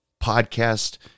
podcast